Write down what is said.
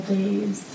days